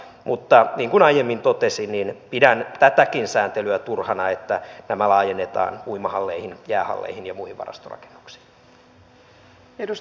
mutta niin kuin aiemmin totesin pidän tätäkin sääntelyä turhana että tämä laajennetaan uimahalleihin jäähalleihin ja muihin varastorakennuksiin